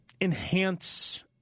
enhance